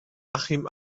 achim